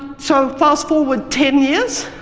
so, fast forward ten years,